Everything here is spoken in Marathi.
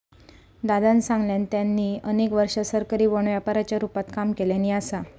दादानं सांगल्यान, त्यांनी अनेक वर्षा सरकारी बाँड व्यापाराच्या रूपात काम केल्यानी असा